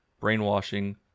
brainwashing